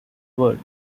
world